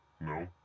No